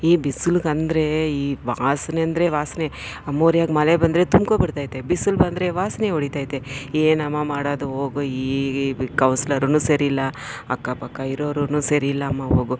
ಈ ಬಿಸಿಲಿಗಂದ್ರೇ ಈ ವಾಸನೆ ಅಂದರೆ ವಾಸನೆ ಆ ಮೋರಿಯಾಗ ಮಳೆ ಬಂದರೆ ತುಂಬ್ಕೊಬಿಡ್ತೈತೆ ಬಿಸಿಲು ಬಂದರೆ ವಾಸನೆ ಹೊಡಿತೈತೆ ಏನಮ್ಮ ಮಾಡೋದು ಹೋಗು ಕೌನ್ಸ್ಲರ್ನು ಸರಿ ಇಲ್ಲ ಅಕ್ಕಪಕ್ಕ ಇರೋರೂ ಸರಿ ಇಲ್ಲಮ್ಮ ಹೋಗು